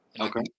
Okay